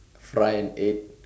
fried an egg